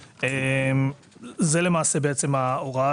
מגבלת עמלת הניהול החיצוני לגבי שנת הכספים הבאה.